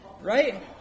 Right